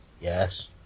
Yes